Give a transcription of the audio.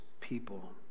people